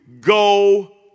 go